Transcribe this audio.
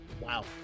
Wow